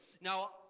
Now